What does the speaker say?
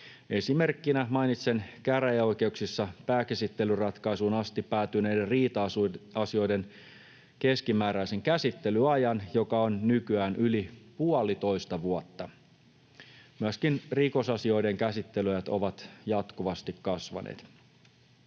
Esimerkkinä mainitsen käräjäoikeuksissa pääkäsittelyratkaisuun asti päätyneiden riita-asioiden keskimääräisen käsittelyajan, joka on nykyään yli puolitoista vuotta. Myöskin rikosasioiden käsittelyajat ovat jatkuvasti kasvaneet.